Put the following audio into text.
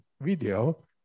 video